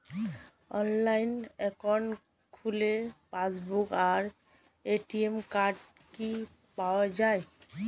Online account খুললে passbook আর ATM card কি পাওয়া যায়?